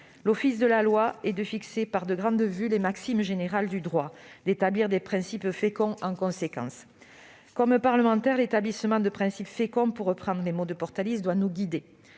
L'office de la loi est de fixer, par de grandes vues, les maximes générales du droit, d'établir des principes féconds en conséquence. » Comme parlementaires, l'établissement de ces « principes féconds » doit nous guider,